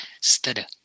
Stutter